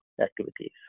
activities